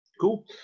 cool